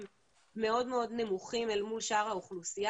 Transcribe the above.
מאוד נמוכים אל מול שאר האוכלוסייה.